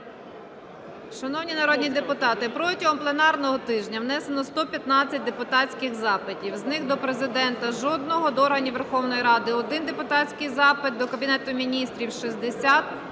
Шановні народні депутати! Протягом пленарного тижня внесено 115 депутатських запитів. З них: до Президента – жодного; до органів Верховної Ради – 1 депутатський запит; до Кабінету Міністрів –